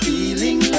Feeling